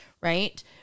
Right